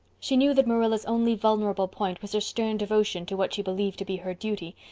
she knew that marilla's only vulnerable point was her stern devotion to what she believed to be her duty,